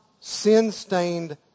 sin-stained